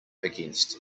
against